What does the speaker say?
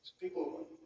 people